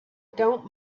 don’t